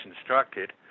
instructed